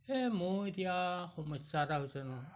এ মোৰ এতিয়া সমস্যা এটা হৈছে নহয়